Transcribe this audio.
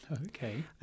Okay